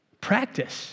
Practice